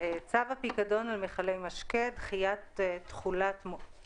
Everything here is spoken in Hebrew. צו הפיקדון על מכלי משקה (דחיית מועד